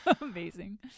Amazing